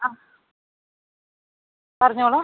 ആ പറഞ്ഞോളൂ